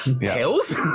Hills